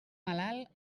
malalt